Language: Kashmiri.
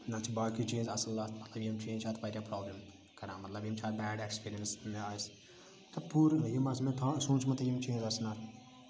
نَتہٕ چھِ باقی چیٖز اصل اتھ یِم چیٖز چھِ اتھ واریاہ پرابلم کَران مَطلَب یِم چھِ اتھ بیڈ ایٚکسپیٖریَنس دِوان اَسہِ تہٕ پوٗرٕ یِم آسہٕ مےٚ سوٗنٛچمُتُے یِم چیٖز آسَن اتھ